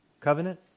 covenant